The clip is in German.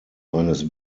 eines